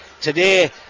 today